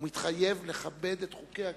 הוא מתחייב לכבד את חוקי הכנסת.